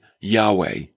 Yahweh